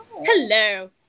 hello